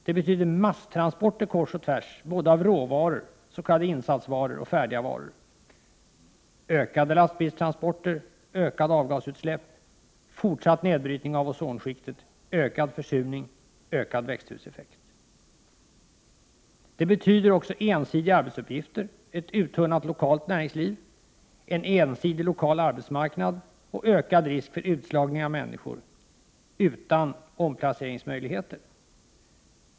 Det betyder masstransporter kors och tvärs av både råvaror, s.k. insatsvaror, och färdiga varor. Det betyder ökade lastbilstransporter, ökade avgasutsläpp, fortsatt nedbrytning av ozonskiktet, ökad försurning och ökad växthuseffekt. Det betyder också ensidiga arbetsuppgifter, ett uttunnat lokalt näringsliv, en ensidig lokal arbetsmarknad och ökad risk för utslagning av människor utan omplaceringsmöjligheter.